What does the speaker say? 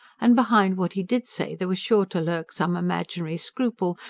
and behind what he did say, there was sure to lurk some imaginary scruple,